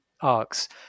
arcs